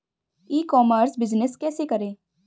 ई commerce business कैसे करें?